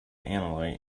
analyte